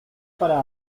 para